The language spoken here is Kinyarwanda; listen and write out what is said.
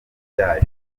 byayo